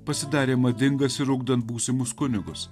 pasidarė madingas ir ugdant būsimus kunigus